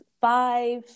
five